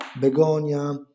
Begonia